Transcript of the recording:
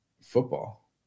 football